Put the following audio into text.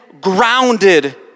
grounded